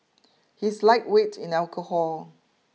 he is lightweight in alcohol